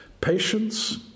patience